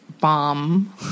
bomb